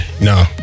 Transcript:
no